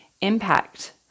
impact